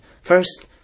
First